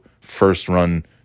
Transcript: first-run